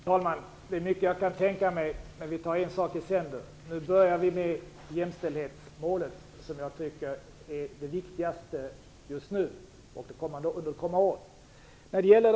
Fru talman! Det är mycket jag kan tänka mig, men vi tar en sak i sänder. Nu börjar vi med jämställdhetsmålet, som jag tycker är det viktigaste just nu och under kommande år.